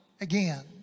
again